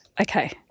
Okay